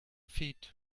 feet